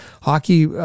hockey